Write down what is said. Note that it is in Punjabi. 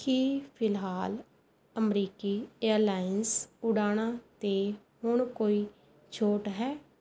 ਕੀ ਫਿਲਹਾਲ ਅਮਰੀਕੀ ਏਅਰਲਾਈਨਜ਼ ਉਡਾਣਾਂ 'ਤੇ ਹੁਣ ਕੋਈ ਛੋਟ ਹੈ